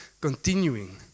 continuing